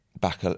back